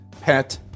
pet